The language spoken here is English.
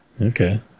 Okay